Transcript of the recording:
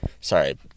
sorry